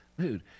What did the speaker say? dude